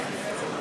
ישב.